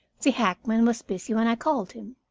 the hackman was busy when i called him.